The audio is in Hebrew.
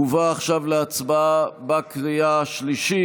מובא עכשיו להצבעה בקריאה השלישית.